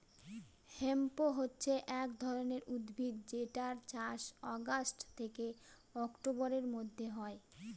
hemp হছে এক ধরনের উদ্ভিদ যেটার চাষ অগাস্ট থেকে অক্টোবরের মধ্যে হয়